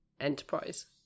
Enterprise